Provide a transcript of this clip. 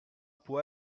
può